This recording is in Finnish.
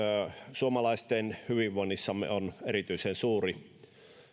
suomalaisten hyvinvoinnissa on erityisen suuri